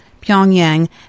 Pyongyang